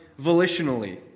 volitionally